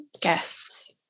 guests